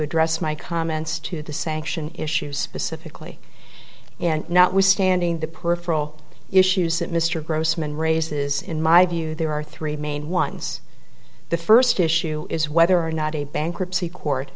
address my comments to the sanction issues specifically and notwithstanding the peripheral issues that mr grossman raises in my view there are three main ones the first issue is whether or not a bankruptcy court